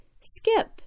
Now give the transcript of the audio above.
skip